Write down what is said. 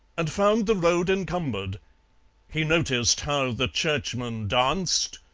and found the road encumbered he noticed how the churchman danced,